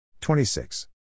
26